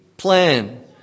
Plan